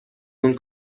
اون